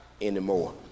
anymore